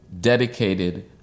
dedicated